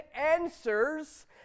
answers